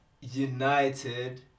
United